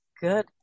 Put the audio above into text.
Good